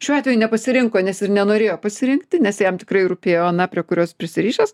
šiuo atveju nepasirinko nes ir nenorėjo pasirinkti nes jam tikrai rūpėjo ana prie kurios prisirišęs